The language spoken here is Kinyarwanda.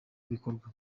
bikorwa